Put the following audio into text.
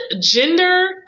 gender